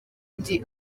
ndi